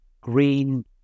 green